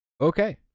Okay